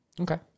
Okay